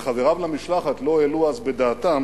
וחבריו למשלחת לא העלו אז בדעתם